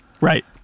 Right